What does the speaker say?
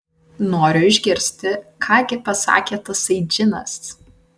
noriu išgirsti ką gi pasakė tasai džinas